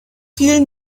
fiel